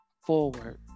forward